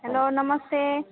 hello नमस्ते